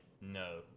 no